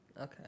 Okay